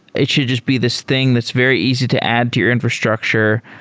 it should just be this thing that's very easy to add to your infrastructure.